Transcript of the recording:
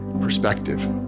perspective